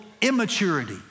immaturity